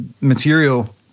material